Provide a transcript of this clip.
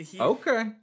Okay